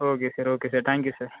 okay sir okay sir thank you sir